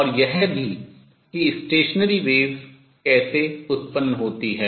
और यह भी कि stationary waves अप्रगामी तरंगें कैसे उत्पन्न होती हैं